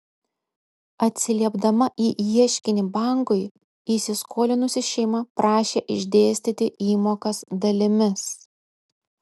atsiliepdama į ieškinį bankui įsiskolinusi šeima prašė išdėstyti įmokas dalimis